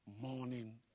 morning